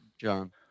John